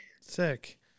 Sick